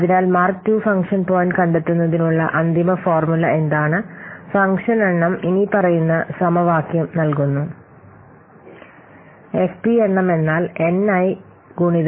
അതിനാൽ mark II function point കണ്ടെത്തുന്നതിനുള്ള അന്തിമ ഫോർമുല എന്താണ് ഫംഗ്ഷൻ എണ്ണം ഇനിപ്പറയുന്ന സമവാക്യം നൽകുന്നു FP എണ്ണം N i 0